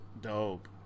dope